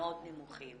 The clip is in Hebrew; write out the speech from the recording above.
מאוד נמוכות